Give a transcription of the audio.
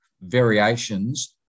variations